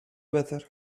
better